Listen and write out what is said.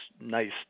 nice